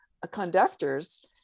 conductors